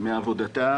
מעבודתה